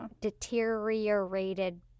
deteriorated